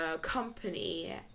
company